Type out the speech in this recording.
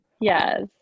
Yes